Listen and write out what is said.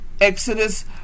Exodus